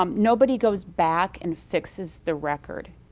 um nobody goes back and fixes the record,